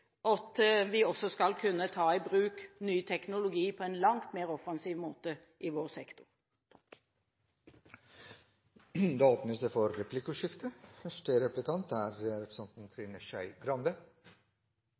at vi på en langt mer offensiv måte skal kunne ta i bruk ny teknologi i vår sektor. Det blir replikkordskifte.